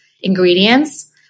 ingredients